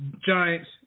Giants